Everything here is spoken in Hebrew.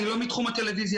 אני לא מתחום הטלוויזיה,